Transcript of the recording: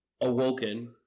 awoken